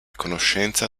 conoscenza